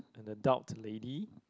an adult lady